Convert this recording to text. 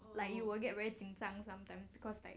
like you will get very 紧张 sometime because like